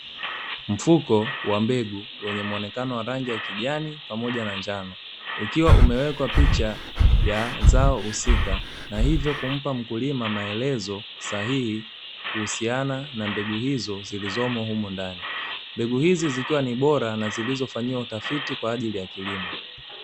Mfuko wa mbegu wenye muonekano wa rangi ya kijani pamoja na njano, ukiwa umewekwa picha ya zao husika, na hivyo kumpa mkulima maelezo sahihi kuhusiana na mbegu hizo zilizomo humo ndani. Mbegu hizi zikiwa ni bora na zilizofanyiwa utafiti kwa ajili ya kilimo.